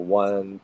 one